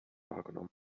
wahrgenommen